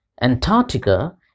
Antarctica